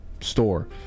store